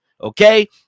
Okay